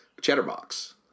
Chatterbox